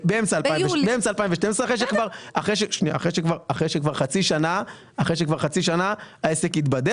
באמצע 2012 אחרי שכבר חצי שנה העסק התבדר